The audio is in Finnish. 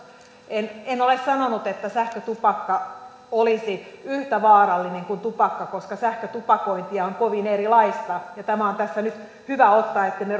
en en ole sanonut että sähkötupakka olisi yhtä vaarallinen kuin tupakka koska sähkötupakointia on kovin erilaista ja tämä on tässä nyt hyvä ottaa esille ettemme